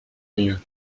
mieux